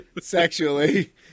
sexually